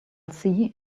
see